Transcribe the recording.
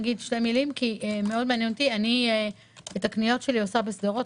את הקניות שלי אני עושה בשדרות,